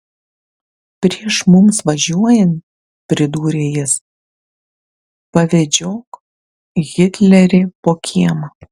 prieš mums važiuojant pridūrė jis pavedžiok hitlerį po kiemą